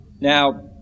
Now